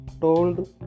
told